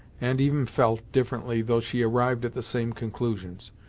and even felt, differently though she arrived at the same conclusions.